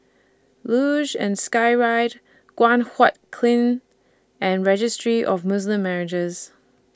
Luge and Skyride Guan Huat Kiln and Registry of Muslim Marriages